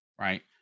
right